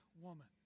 woman